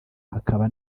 hakaba